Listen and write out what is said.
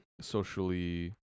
socially